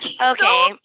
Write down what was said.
Okay